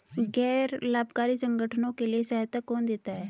गैर लाभकारी संगठनों के लिए सहायता कौन देता है?